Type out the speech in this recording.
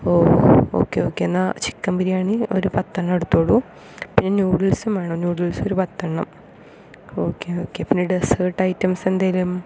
ഓ okay okay എന്നാൽ chicken biryani ഒരു പത്തെണ്ണം എടുത്തോളു പിന്നെ നൂഡിൽസും വേണം നൂഡിൽസ് ഒരു പത്തെണ്ണം ഓക്കെ ഓക്കെ പിന്നെ ഡെസേർട്ട് ഐറ്റംസ് എന്തെങ്കിലും